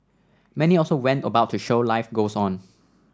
many also went about to show life goes on